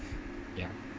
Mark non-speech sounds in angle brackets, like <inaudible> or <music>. <breath> ya